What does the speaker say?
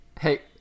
Hey